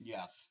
Yes